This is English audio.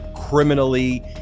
criminally